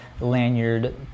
lanyard